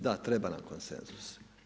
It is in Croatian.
Da, treba nam konsenzus.